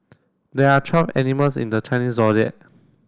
there are twelve animals in the Chinese Zodiac